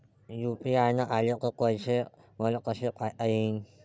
UPI न आले ते पैसे मले कसे पायता येईन?